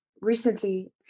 recently